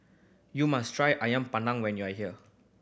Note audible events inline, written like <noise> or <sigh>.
you must try ayam <unintelligible> when you are here